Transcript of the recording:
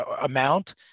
amount